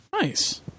nice